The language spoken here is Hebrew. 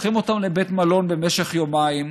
לוקחים אותם לבית מלון במשך יומיים,